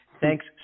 thanks